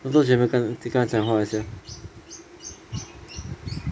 我多久没有跟跟他讲话了 sia